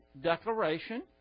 declaration